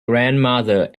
grandmother